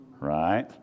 right